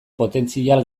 potentzial